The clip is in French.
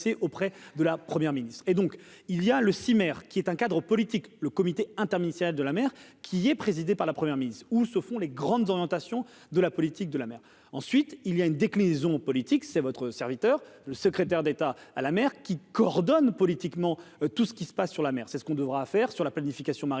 auprès de la première ministre et donc il y a le 6 maires qui est un cadre politique, le comité interministériel de la mer qui est présidé par la première mise où se font les grandes orientations de la politique de la mer, ensuite il y a une déclinaison politique c'est votre serviteur, le secrétaire d'État à la mer, qui coordonne politiquement tout ce qui se passe sur la mer, c'est ce qu'on devra faire sur la planification maritime